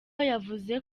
yavuze